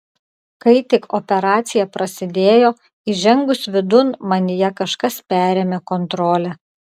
kai tik operacija prasidėjo įžengus vidun manyje kažkas perėmė kontrolę